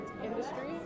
industry